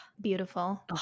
Beautiful